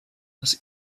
das